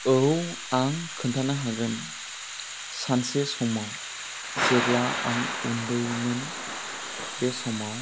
औ आं खिन्थानो हागोन सानसे समाव जेब्ला आं उन्दैमोन बे समाव